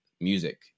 music